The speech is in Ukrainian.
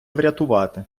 врятувати